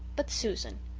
but, susan,